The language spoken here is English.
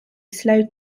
slowed